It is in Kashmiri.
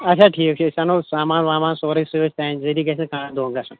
اچھا ٹھیٖک چھُ أسۍ اَنو سامان وامان سورُے سۭتۍ سانہِ ذٔریعہِ گَژھِ نہٕ کانٛہہ دونٛکھٕ گَژھُن